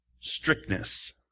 strictness